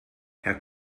herr